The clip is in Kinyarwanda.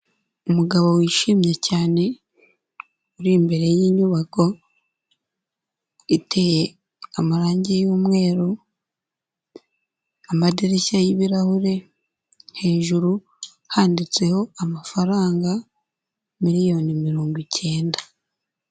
Umugabo wishimye cyane, uri imbere y'inyubako iteye amarangi y'umweru, amadirishya y'ibirahure, hejuru handitseho amafaranga miliyoni mirongo icyenda.